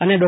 અને ડો